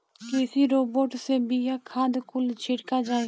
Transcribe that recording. कृषि रोबोट से बिया, खाद कुल छिड़का जाई